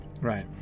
Right